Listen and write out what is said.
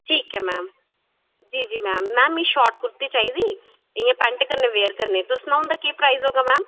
ठीक ऐ मैम जी जी मैम मिगी शॉर्ट कुरती चाहिदी एह् पेंट कन्नै तुस मिगी सनाओ एह्दा केह् प्राईस होगा मैम